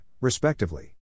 respectively